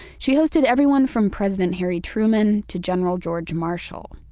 she hosted everyone from president harry truman to general george marshall.